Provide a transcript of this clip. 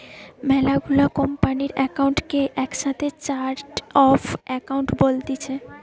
মেলা গুলা কোম্পানির একাউন্ট কে একসাথে চার্ট অফ একাউন্ট বলতিছে